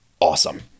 awesome